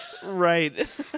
Right